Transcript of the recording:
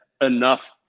enough